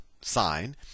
sine